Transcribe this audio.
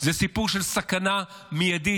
זה סיפור של סכנה מיידית.